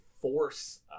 force